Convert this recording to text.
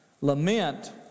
lament